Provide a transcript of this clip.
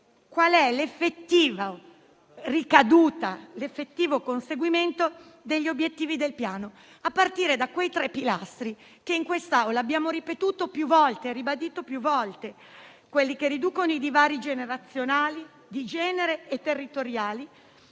quali sono l'effettiva ricaduta e l'effettivo conseguimento degli obiettivi del Piano, a partire dai tre pilastri che in quest'Aula abbiamo ribadito più volte, ossia quelli che riducono i divari generazionali di genere e territoriali